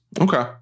Okay